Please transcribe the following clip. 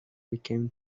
became